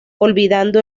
olvidando